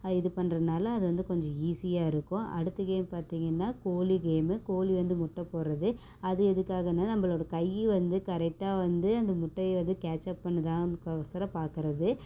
அது இது பண்ணுறனால அது வந்து கொஞ்சம் ஈஸியாயிருக்கும் அடுத்த கேம் பார்த்தீங்கன்னா கோழி கேம்மு கோழி வந்து முட்டை போடுறது அது எதுக்காகன்னால் நம்மளோட கை வந்து கரெக்டாக வந்து அந்த முட்டையை வந்து கேட்ச் அப் பண்ணுதான் ஓசரம் பார்க்கறது